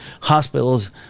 hospitals